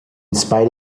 spite